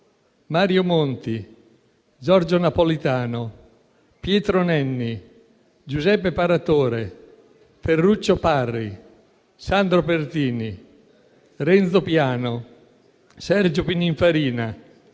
Mario Monti, Giorgio Napolitano, Pietro Nenni, Giuseppe Paratore, Ferruccio Parri, Sandro Pertini, Renzo Piano, Sergio Pininfarina,